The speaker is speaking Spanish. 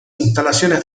instalaciones